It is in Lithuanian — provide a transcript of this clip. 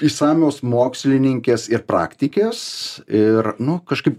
išsamios mokslininkės ir praktikės ir nu kažkaip